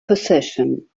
position